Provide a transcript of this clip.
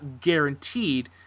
guaranteed